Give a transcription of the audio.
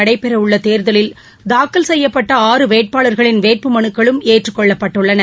நடைபெறவுள்ள தேர்தலில் தாக்கல் செய்யப்பட்ட ஆறு வேட்பாளர்களின் வேட்புமனுக்களும் ஏற்றுக் கொள்ளப்பட்டுள்ளன